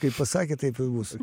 kaip pasakė taip ir bus